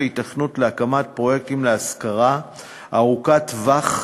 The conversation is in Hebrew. היתכנות להקמת פרויקטים להשכרה ארוכת טווח,